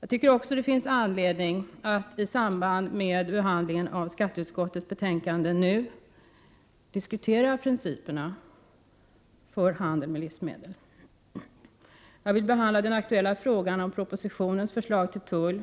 Det finns också anledning att i samband med behandlingen av skatteutskottets betänkande diskutera principerna för handeln med livsmedel. Jag vill behandla den aktuella frågan om propositionens förslag till tull